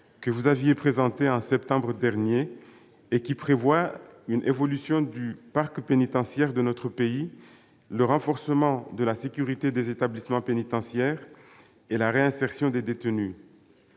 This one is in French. que vous aviez présenté en septembre dernier et qui prévoit une évolution du parc pénitentiaire de notre pays, le renforcement de la sécurité des établissements pénitentiaires et la réinsertion des détenus.